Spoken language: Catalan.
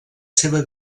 seva